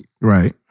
Right